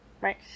right